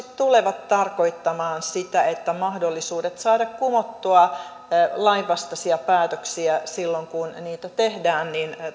tulevat tarkoittamaan sitä että mahdollisuudet saada kumottua lainvastaisia päätöksiä silloin kun niitä tehdään